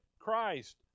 christ